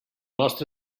nostre